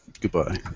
Goodbye